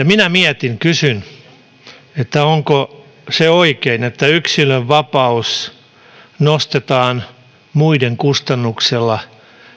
minä mietin kysyn onko se oikein että yksilön vapaus nostetaan muiden kustannuksella